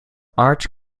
art